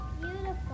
beautiful